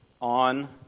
On